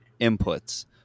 inputs